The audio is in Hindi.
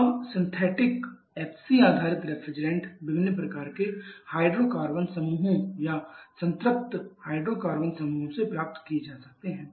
अब सिंथेटिक FC आधारित रेफ्रिजरेंट विभिन्न प्रकार के हाइड्रोकार्बन समूहों या संतृप्त हाइड्रोकार्बन समूहों से प्राप्त किए जा सकते हैं